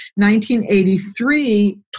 1983